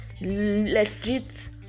legit